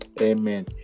Amen